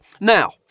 Now